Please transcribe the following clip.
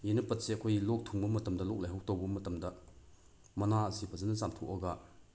ꯌꯦꯅꯞꯄꯠꯁꯦ ꯑꯩꯈꯣꯏꯒꯤ ꯂꯣꯛ ꯊꯨꯡꯕ ꯃꯇꯝꯗ ꯂꯣꯛ ꯂꯥꯏꯍꯧ ꯇꯧꯕ ꯃꯇꯝꯗ ꯃꯅꯥ ꯑꯁꯤ ꯐꯖꯅ ꯆꯥꯝꯊꯣꯛꯑꯒ